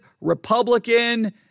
Republican